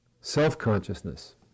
Self-consciousness